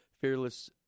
fearless